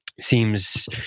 seems